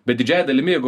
bet didžiąja dalimi jeigu